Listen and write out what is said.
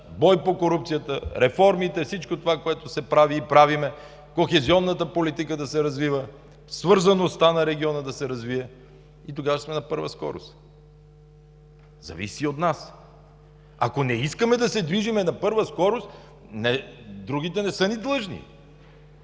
бой по корупцията, реформите – всичко това, което се прави и правим, кохезионната политика да се развива, свързаността на региона да се развие, и тогава ще сме на първа скорост. Зависи от нас. Ако не искаме да се движим на първа скорост, другите не са ни длъжни.